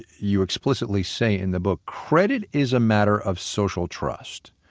you explicitly say in the book credit is a matter of social trust.